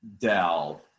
Dell